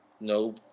no